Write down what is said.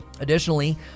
Additionally